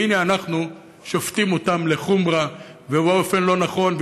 והינה אנחנו שופטים אותם לחומרה ובאופן לא נכון,